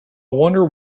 wonder